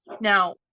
now